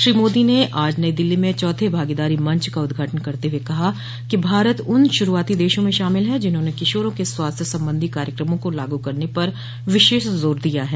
श्री मोदी ने आज नई दिल्ली में चौथे भागीदारी मंच का उद्घाटन करते हुए कहा कि भारत उन शुरूआती देशों में शामिल है जिन्होंने किशोरों के स्वास्थ्य संबंधी कार्यक्रमों को लागू करने पर विशष जोर दिया है